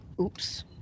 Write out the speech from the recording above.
Oops